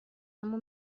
اما